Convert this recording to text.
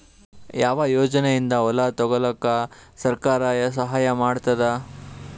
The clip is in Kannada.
ಯಾವ ಯೋಜನೆಯಿಂದ ಹೊಲ ತೊಗೊಲುಕ ಸರ್ಕಾರ ಸಹಾಯ ಮಾಡತಾದ?